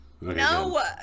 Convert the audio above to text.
No